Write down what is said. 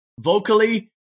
vocally